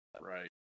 Right